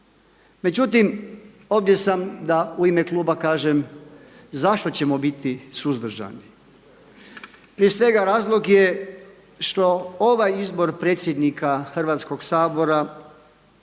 Međutim ovdje sam da u ime kluba kažem zašto ćemo biti suzdržani. Prije svega razlog je što ovaj izbor predsjednika Hrvatskoga sabora